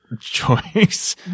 choice